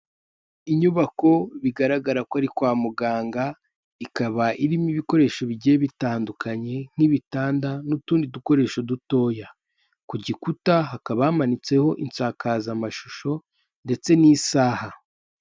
Inyubako bigaragara ko ari kwa muganga, ikaba irimo ibikoresho bigiye bitandukanye; nk'ibitanda n'utundi dukoresho dutoya. Kugikuta hakaba hamanitse ho isakazamashusho ndetse n'isaha.